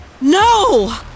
No